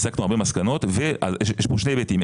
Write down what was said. הסקנו הרבה מסקנות ויש פה שני היבטים,